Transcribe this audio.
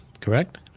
correct